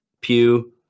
pew